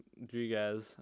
Rodriguez